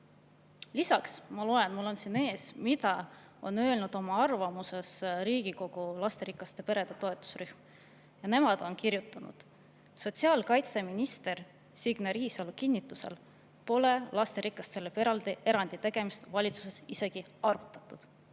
Lisaks ma loen, mul on siin ees, mida on öelnud oma arvamuses Riigikogu lasterikaste perede toetusrühm. Nemad on kirjutanud, et sotsiaalkaitseminister Signe Riisalo kinnitusel pole lasterikastele erandi tegemist valitsuses isegi arutatud.